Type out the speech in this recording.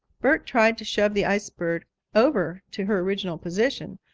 bert tried to shove the ice bird over to her original position.